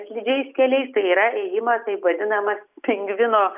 slidžiais keliais tai yra ėjimas taip vadinamas pingvino